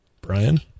Brian